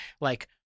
like-